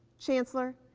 chancellor,